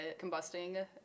combusting